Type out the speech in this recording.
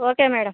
okay madam